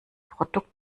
produkt